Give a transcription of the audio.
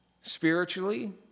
spiritually